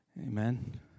Amen